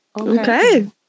Okay